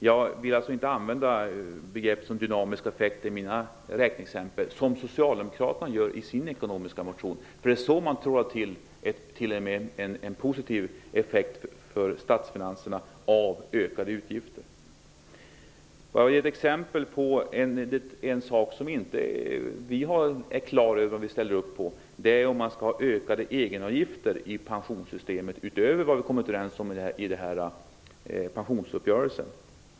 Jag vill alltså inte använda begrepp som dynamiska effekter i mitt räkneexempel, som Socialdemokraterna gör i sin ekonomiska motion. De tror t.o.m. att ökade utgifter har en positiv effekt för statsfinanserna. Jag vill ge ett exempel på en sak som vi inte är klara över om vi ställer upp på, och det är ökade egenavgifter i pensionssystemet, utöver vad vi har kommit överens om i pensionsuppgörelsen.